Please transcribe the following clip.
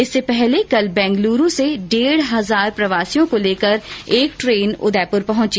इससे पहले कल बैंगलुरू से डेढ हजार प्रवासियों को लेकर एक ट्रेन उदयपुर पहुंची